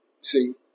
See